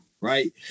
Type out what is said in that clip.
right